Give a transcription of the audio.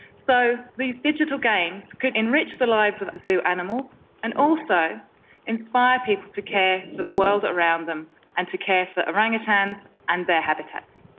so these digital games could enrich the lives of zoo animals and also inspire people to care for the world around them and to care for the orangutans and their habitats.